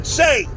say